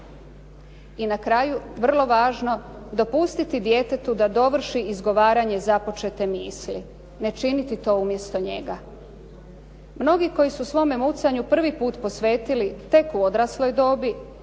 I na kraju vrlo važno dopustiti djetetu da dovrši izgovaranje započete misli. Ne činiti to umjesto njega. Mnogi koji su svome mucanju prvi put posvetili tek u odrasloj dobi